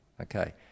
okay